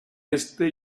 este